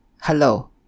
hello